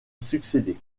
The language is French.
succéder